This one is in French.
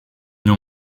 non